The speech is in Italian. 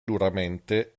duramente